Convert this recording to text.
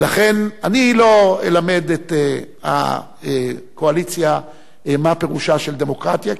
אני לא אלמד את הקואליציה מה פירושה של דמוקרטיה,